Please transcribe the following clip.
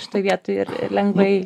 šitoj vietoj ir lengvai